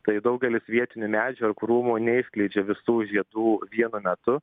tai daugelis vietinių medžių ar krūmų neišskleidžia visų žiedų vienu metu